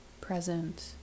present